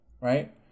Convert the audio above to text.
Right